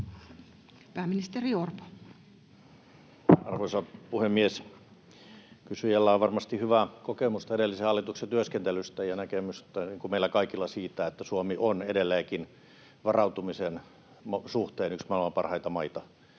Content: Arvoisa puhemies! Kysyjällä on varmasti hyvää kokemusta edellisen hallituksen työskentelystä ja, niin kuin meillä kaikilla, näkemystä siitä, että Suomi on edelleenkin varautumisen suhteen yksi maailman parhaita maita.